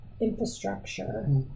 infrastructure